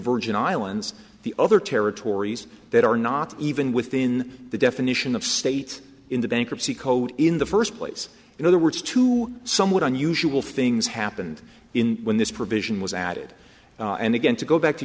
virgin islands the other territories that are not even within the definition of state in the bankruptcy code in the first place in other words to somewhat unusual things happened in when this provision was added and again to go back to